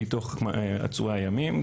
מתוך עצורי הימים.